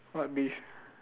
what beef